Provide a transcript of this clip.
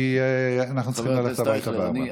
כי אנחנו צריכים ללכת הביתה ב-16:00.